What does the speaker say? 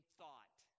thought